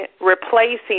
replacing